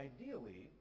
Ideally